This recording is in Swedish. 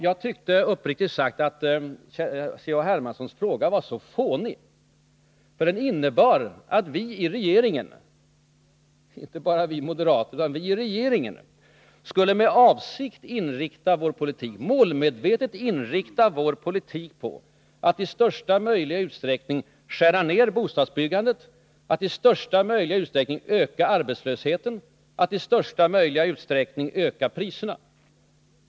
Jag tyckte uppriktigt sagt att C.-H. Hermanssons fråga var fånig. Den innebar att vi i regeringen — inte bara vi moderater utan hela regeringen — skulle målmedvetet inrikta politiken på att i största möjliga utsträckning skära ned bostadsbyggandet och att i största möjliga utsträckning öka arbetslösheten och priserna.